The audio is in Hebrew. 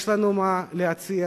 יש לנו מה להציע.